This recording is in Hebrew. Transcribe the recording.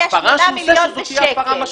שההפרה שהוא עשה זאת תהיה הפרה משמעותית.